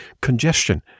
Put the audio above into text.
congestion